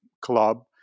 Club